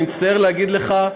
אני מצטער להגיד לך,